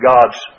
God's